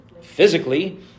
Physically